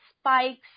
spikes